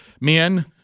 men